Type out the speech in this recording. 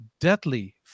deadly